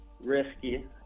risky